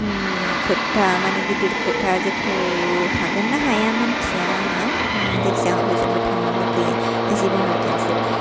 मानि गिदिर खोथा जेखौ हागोन ना हाया मिन्थिया आङो जायखिया हजोंबो थांनो लुगैयो जिबनाव खेनसे